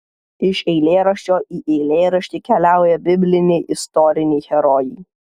iš eilėraščio į eilėraštį keliauja bibliniai istoriniai herojai